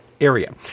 area